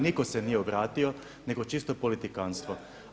Nitko se nije obratio nego čisto politikantstvo.